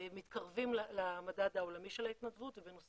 מתקרבים למדד העולמי של ההתנדבות ובנושא